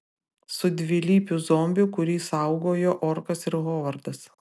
su dvilypiu zombiu kurį saugojo orkas ir hovardas